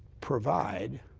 provide